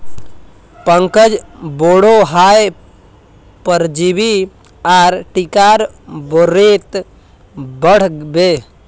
पंकज बोडो हय परजीवी आर टीकार बारेत पढ़ बे